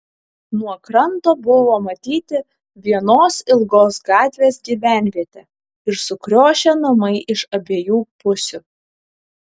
nuo kranto buvo matyti vienos ilgos gatvės gyvenvietė ir sukriošę namai iš abiejų pusių